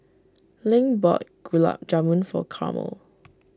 Link bought Gulab Jamun for Carmel